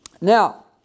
Now